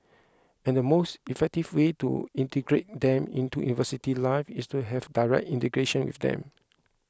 and the most effective way to integrate them into university life is to have direct integration with them